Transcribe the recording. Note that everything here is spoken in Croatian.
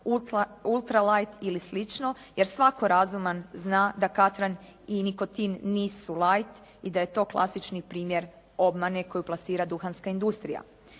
ultra light ili slično, jer svatko razuman zna da katran i nikotin nisu light i da je to klasični primjer obmane koju plasira duhanska industrija.